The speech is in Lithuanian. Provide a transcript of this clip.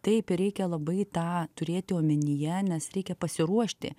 taip ir reikia labai tą turėti omenyje nes reikia pasiruošti